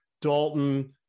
Dalton